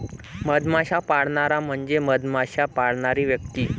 मधमाश्या पाळणारा म्हणजे मधमाश्या पाळणारी व्यक्ती